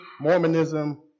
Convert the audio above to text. Mormonism